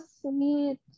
sweet